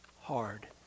hard